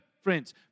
friends